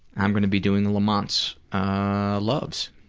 i'm going to be doing lamont's loves.